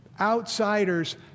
Outsiders